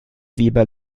weber